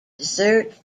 dessert